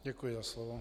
Děkuji za slovo.